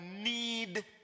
need